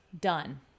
done